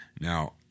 Now